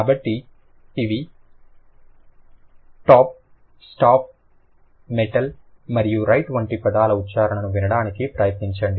కాబట్టి ఇవి top stop metal మరియు రైట్ వంటి పదాల ఉచ్చారణను వినడానికి ప్రయత్నించండి